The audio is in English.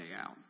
out